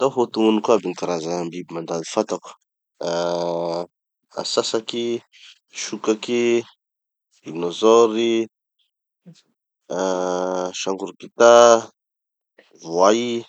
Ndao fa ho tognonoko aby gny karaza biby mandady fantako: ah atsatsaky, sokaky, dinozory, ah sangorokita, voay.